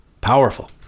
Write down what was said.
Powerful